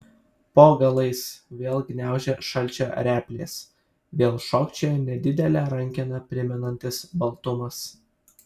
po galais vėl gniaužia šalčio replės vėl šokčioja nedidelę rankeną primenantis baltumas